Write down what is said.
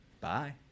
Bye